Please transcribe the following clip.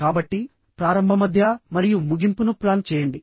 కాబట్టి ప్రారంభ మధ్య మరియు ముగింపును ప్లాన్ చేయండి